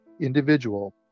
individual